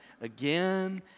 again